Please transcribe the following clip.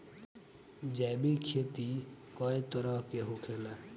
जैविक खेती कए तरह के होखेला?